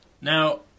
Now